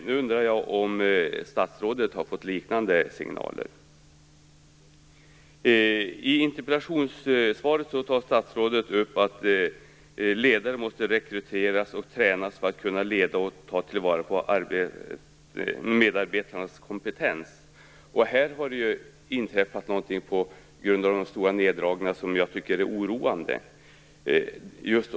Nu undrar jag om statsrådet har fått liknande signaler. I interpellationssvaret tar statsrådet upp att ledare måste rekryteras och tränas för att kunna leda och ta till vara medarbetarnas kompetens. Här har det inträffat någonting på grund av de stora neddragningarna som jag tycker är oroande.